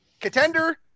contender